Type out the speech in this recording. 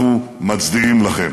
אנחנו מצדיעים לכם.